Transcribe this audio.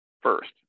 First